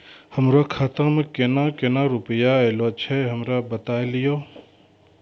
हमरो खाता मे केना केना रुपैया ऐलो छै? हमरा बताय लियै?